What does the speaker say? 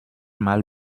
mal